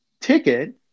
ticket